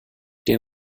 den